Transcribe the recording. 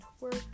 work